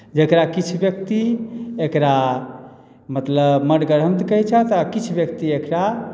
जेकरा किछु व्यक्ति एकरा मतलब मनगढ़न्त कहैत छथि आ किछु व्यक्ति एकरा